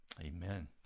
Amen